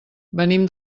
venim